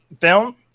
film